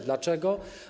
Dlaczego?